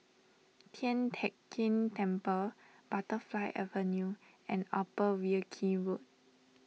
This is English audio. Tian Teck Keng Temple Butterfly Avenue and Upper Wilkie Road